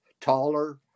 taller